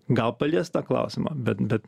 gal palies tą klausimą bet bet